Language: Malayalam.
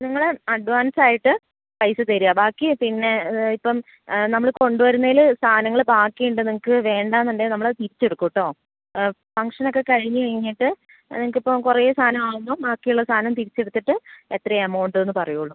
നിങ്ങൾ അഡ്വാൻസ് ആയിട്ട് പൈസ തരുക ബാക്കി പിന്നെ ഇപ്പം നമ്മൾ കൊണ്ടു വരുന്നതിൽ സാധനങ്ങൾ ബാക്കിയുണ്ട് നിങ്ങൾക്ക് വേണ്ട എന്നുണ്ടെങ്കിൽ നമ്മളത് തിരിച്ചെടുക്കും കേട്ടോ ഫങ്ക്ഷൻ ഓക്കെ കഴിഞ്ഞ് കഴിഞ്ഞിട്ട് നിങ്ങൾക്ക് ഇപ്പോൾ കുറേ സാധനം ആവുന്നു ബാക്കിയുള്ള സാധനം തിരിച്ചെടുത്തിട്ട് എത്ര എമൌണ്ട് എന്ന് പറയുള്ളൂ